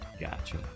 gotcha